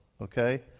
okay